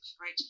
right